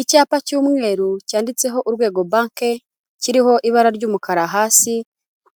Icyapa cy'umweru cyanditseho ''Urwego banki'' kiriho ibara ry'umukara hasi,